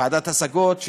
ועדת השגות,